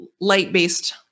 light-based